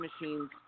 machines